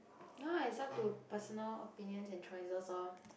ya it's up to personal opinions and choices orh